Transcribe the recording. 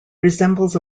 resembles